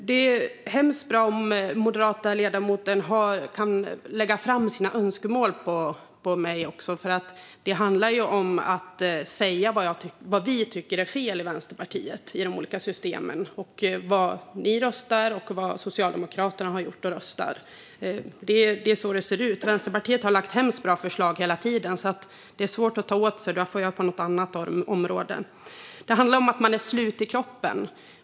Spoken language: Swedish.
Fru talman! Det är mycket bra om den moderata ledamoten kan lägga fram sina önskemål för mig. Det handlar nämligen om att säga vad vi i Vänsterpartiet tycker är fel i de olika systemen. Och det handlar om vad ni och vad Socialdemokraterna har gjort och röstat på. Det är så det ser ut. Vänsterpartiet har lagt fram väldigt bra förslag hela tiden. Det är därför svårt att ta åt sig. Det får jag göra på något annat område. Detta handlar om människor som är slut i kroppen.